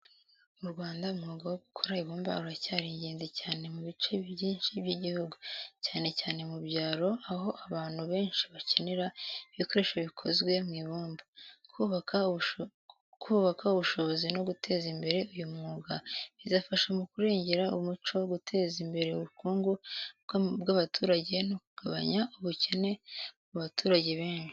Mu Rwanda, umwuga wo gukora ibumba uracyari ingenzi cyane mu bice byinshi by’igihugu, cyane cyane mu byaro aho abantu benshi bakenera ibikoresho bikozwe mu ibumba. Kubaka ubushobozi no guteza imbere uyu mwuga bizafasha mu kurengera umuco, guteza imbere ubukungu bw’abaturage no kugabanya ubukene mu baturage benshi.